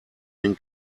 den